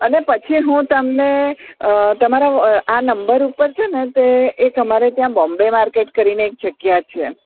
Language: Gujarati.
અને પછી હું તમને તમારા આ નંબર ઉપર છે ને તે એ અમારે ત્યાં બોમ્બે માર્કેટ કરીને એક જગ્યા છે